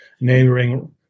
neighboring